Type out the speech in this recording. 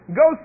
go